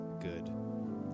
good